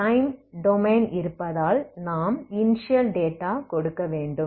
time domain இருப்பதால நாம் initial data கொடுக்க வேண்டும்